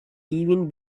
even